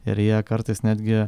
ir jie kartais netgi